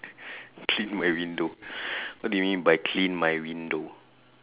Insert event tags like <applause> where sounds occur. <breath> clean my window <breath> what do you mean by clean my window